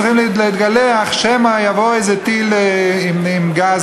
צריכים להתגלח שמא יבוא איזה טיל עם גז